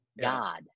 God